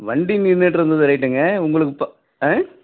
வண்டி நின்றுட்டுருந்துது ரைட்டுங்க உங்களுக்கு து